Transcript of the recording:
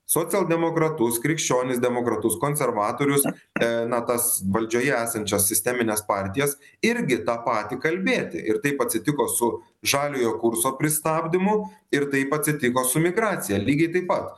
socialdemokratus krikščionis demokratus konservatorius na tas valdžioje esančias sistemines partijas irgi tą patį kalbėti ir taip atsitiko su žaliojo kurso pristabdymu ir taip atsitiko su migracija lygiai taip pat